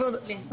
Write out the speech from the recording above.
עדיין --- לא,